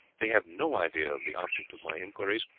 they have no idea of the object of my inquiries,